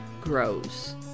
grows